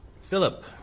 Philip